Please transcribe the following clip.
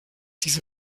diese